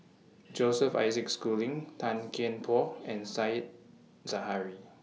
Joseph Isaac Schooling Tan Kian Por and Said Zahari